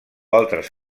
altres